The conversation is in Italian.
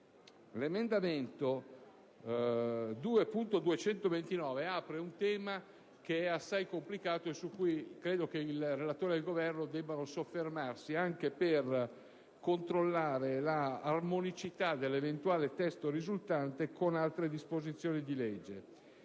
L'emendamento 2.229 apre un tema assai complicato, su cui credo che il relatore e il Governo debbano soffermarsi anche per controllare l'armonicità dell'eventuale testo risultante con altre disposizioni di legge.